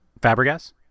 Fabregas